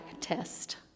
test